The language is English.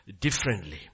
differently